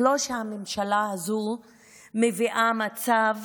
לא שהממשלה הזו מביאה מצב